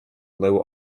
lower